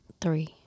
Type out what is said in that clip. Three